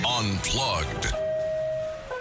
Unplugged